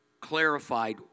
clarified